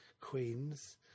Queen's